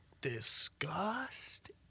disgust